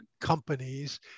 companies